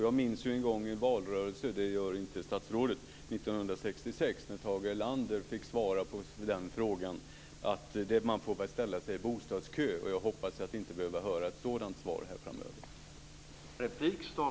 Jag minns en gång i valrörelsen 1966 - det gör inte statsrådet - när Tage Erlander fick svara på den frågan och sade: Man får väl ställa sig i en bostadskö. Jag hoppas att inte behöva höra ett sådant svar här framöver.